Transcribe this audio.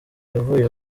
yavuye